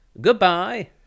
goodbye